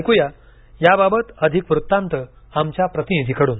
ऐकूया याबाबत अधिक वृत्तांत आमच्या प्रतिनिधीकडून